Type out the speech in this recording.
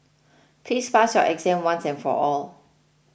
please pass your exam once and for all